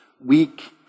weak